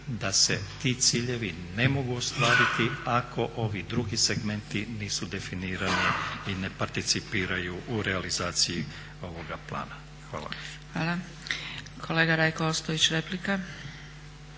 da se ti ciljevi ne mogu ostvariti ako ovi drugi segmenti nisu definirani i ne participiraju u realizaciji ovoga plana. Hvala. **Zgrebec, Dragica (SDP)** Hvala. Kolega Rajko Ostojić replika.